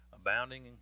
abounding